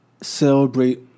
celebrate